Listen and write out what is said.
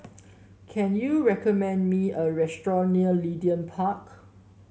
can you recommend me a restaurant near Leedon Park